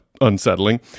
unsettling